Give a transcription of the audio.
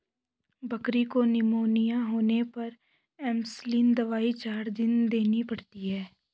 बकरी को निमोनिया होने पर एंपसलीन दवाई चार दिन देनी पड़ती है